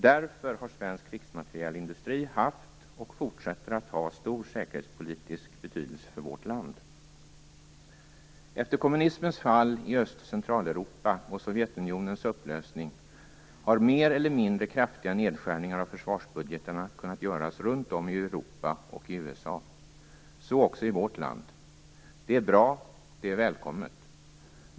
Därför har svensk krigsmaterielindustri haft och fortsätter att ha stor säkerhetspolitisk betydelse för vårt land. Efter kommunismens fall i Öst och Centraleuropa och Sovjetunionens upplösning har mer eller mindre kraftiga nedskärningar av försvarsbudgetarna kunnat göras runt om i Europa och i USA, och så också i vårt land. Det är bra. Det är välkommet.